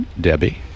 Debbie